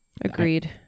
Agreed